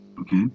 Okay